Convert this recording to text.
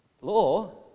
law